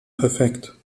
perfekt